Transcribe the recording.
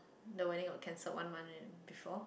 the wedding got cancelled one month uh before